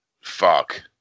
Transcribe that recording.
Fuck